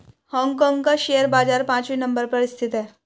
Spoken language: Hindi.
हांग कांग का शेयर बाजार पांचवे नम्बर पर स्थित है